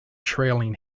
trailing